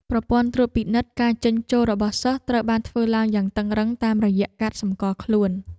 ប្រព័ន្ធត្រួតពិនិត្យការចេញចូលរបស់សិស្សត្រូវបានធ្វើឡើងយ៉ាងតឹងរ៉ឹងតាមរយៈកាតសម្គាល់ខ្លួន។